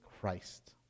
Christ